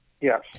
Yes